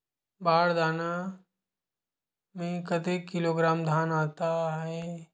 बार दाना में कतेक किलोग्राम धान आता हे?